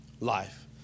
life